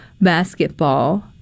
basketball